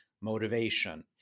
motivation